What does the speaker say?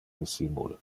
insimul